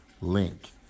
link